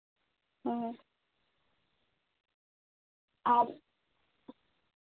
ᱦᱳᱭ ᱟᱨ